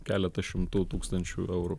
keletas šimtų tūkstančių eurų